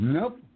Nope